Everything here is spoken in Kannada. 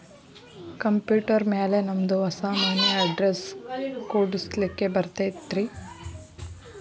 ಕಂಪ್ಯೂಟರ್ ಮ್ಯಾಲೆ ನಮ್ದು ಹೊಸಾ ಮನಿ ಅಡ್ರೆಸ್ ಕುಡ್ಸ್ಲಿಕ್ಕೆ ಬರತೈತ್ರಿ?